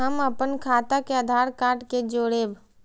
हम अपन खाता के आधार कार्ड के जोरैब?